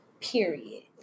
period